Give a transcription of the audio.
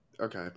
Okay